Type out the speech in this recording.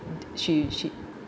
she she